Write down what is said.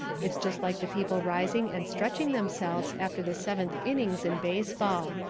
it's just like the people rising and stretching themselves after the seventh innings in baseball.